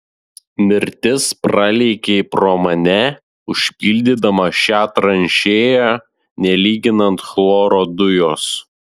mirtis pralėkė pro mane užpildydama šią tranšėją nelyginant chloro dujos